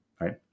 right